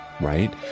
right